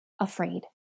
afraid